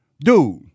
Dude